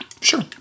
Sure